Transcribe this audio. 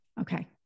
Okay